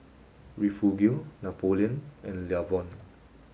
Refugio Napoleon and Lavon